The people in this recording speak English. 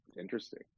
Interesting